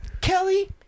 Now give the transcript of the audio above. Kelly